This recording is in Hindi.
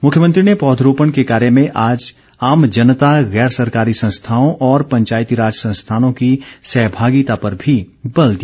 मुख्यमंत्री ने पौधरोपण के कार्य में आम जनता गैर सरकारी संस्थाओं और पंचायती राज संस्थानों की सहभागिता पर भी बल दिया